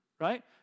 right